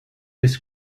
his